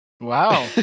Wow